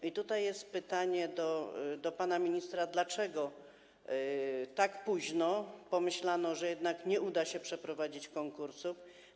I tutaj kieruję pytanie do pana ministra: Dlaczego tak późno pomyślano, że jednak nie uda się przeprowadzić konkursów?